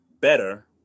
better